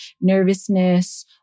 nervousness